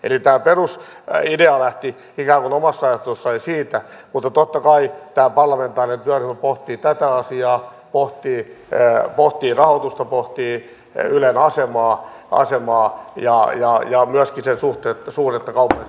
eli tämä perusidea lähti ikään kuin omassa ajattelussani siitä mutta totta kai tämä parlamentaarinen työryhmä pohtii tätä asiaa pohtii rahoitusta pohtii ylen asemaa ja myöskin sen suhdetta kaupalliseen mediaan